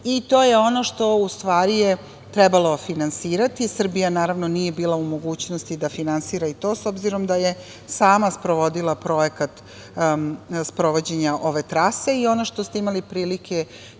To je ono što u stvari, trebalo finansirati, Srbija naravno, nije bila u mogućnosti da finansira i to s obzirom, da je sama sprovodila projekat sprovođenja ove trase. Ono što ste imali prilike